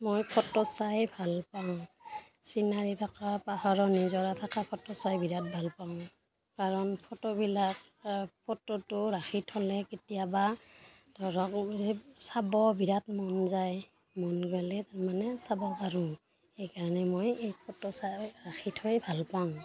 মই ফটো চাই ভাল পাওঁ চিনাৰী থকা পাহাৰৰ নিজৰা থকা ফটো চাই বিৰাট ভাল পাওঁ কাৰণ ফটোবিলাক ফটোটো ৰাখি থ'লে কেতিয়াবা ধৰক সেই চাব বিৰাট মন যায় মন গ'লে তাৰমানে চাব পাৰোঁ সেইকাৰণে মই এই ফটো চাই ৰাখি থৈ ভাল পাওঁ